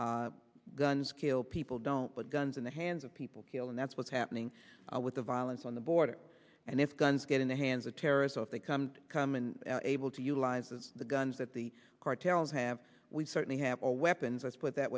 me guns kill people don't but guns in the hands of people kill and that's what's happening with the violence on the border and if guns get in the hands of terrorists or if they come to come and able to utilize the guns that the cartels have we certainly have our weapons let's put that